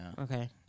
Okay